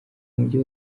mujyi